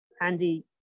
Andy